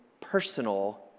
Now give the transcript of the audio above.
personal